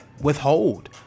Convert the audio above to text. withhold